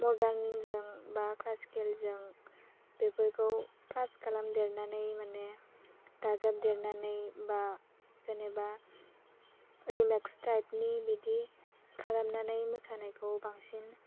मर्डानजों बा क्लासिकेलजों बेफोरखौ प्लास खालामदेरनानै माने दाजाबदेरनानै बा जेनेबा रिमेक्स टाइबनि बिदि खालामनानै मोसानायखौ बांसिन